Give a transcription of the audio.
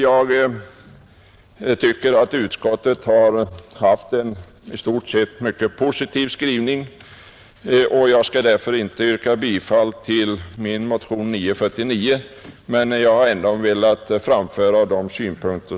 Jag tycker att utskottet har gjort en i stort sett mycket positiv skrivning, och jag skall därför inte yrka bifall till min motion nr 949, men jag har ändå velat framföra dessa synpunkter.